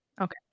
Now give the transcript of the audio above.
Okay